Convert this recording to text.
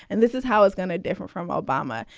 and this is how it's going to different from obama,